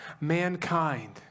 Mankind